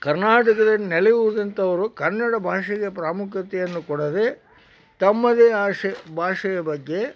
ಕರ್ನಾಟಕದಲ್ಲಿ ನೆಲೆ ಊರಿದಂಥವ್ರು ಕನ್ನಡ ಭಾಷೆಗೆ ಪ್ರಾಮುಖ್ಯತೆಯನ್ನು ಕೊಡದೆ ತಮ್ಮದೇ ಆಸೆ ಭಾಷೆಯ ಬಗ್ಗೆ